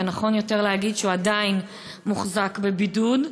ונכון יותר להגיד שהוא עדיין מוחזק בבידוד,